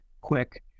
quick